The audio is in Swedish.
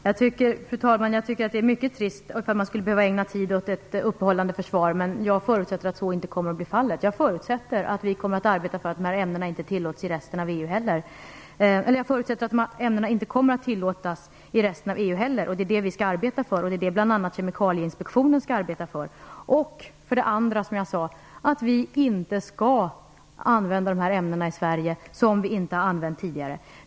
Fru talman! Jag tycker att det vore mycket trist om vi skulle behöva ägna tid åt ett uppehållande försvar, men jag förutsätter att det inte kommer att bli så. Jag förutsätter att dessa ämnen inte kommer att tillåtas i resten av EU heller. Det skall vi arbeta för. Det är bl.a. detta Kemikalieinspektionen skall arbeta för. Jag förutsätter att vi inte skall använda ämnen i Sverige som inte använts tidigare.